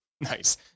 Nice